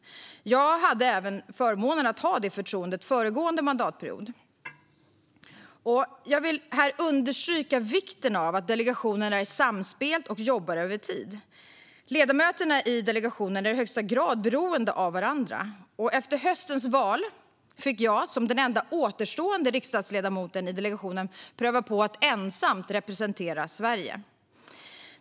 Jag hade denna förmån även förra mandatperioden. Låt mig understryka vikten av att delegationen är samspelt och jobbar över tid. Ledamöterna i delegationen är i högsta grad beroende av varandra. Efter höstens val fick jag som enda återstående riksdagsledamot i delegationen pröva på att ensam representera Sverige.